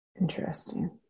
Interesting